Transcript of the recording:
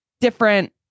different